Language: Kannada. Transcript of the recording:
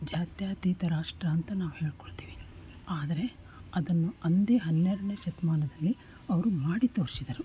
ಜಾ ಜಾತ್ಯಾತೀತ ರಾಷ್ಟ್ರ ಅಂತ ನಾವು ಹೇಳಿಕೊಳ್ತೇವೆ ಆದರೆ ಅದನ್ನು ಅಂದೇ ಹನ್ನೆರಡನೆ ಶತಮಾನದಲ್ಲಿ ಅವರು ಮಾಡಿ ತೋರಿಸಿದರು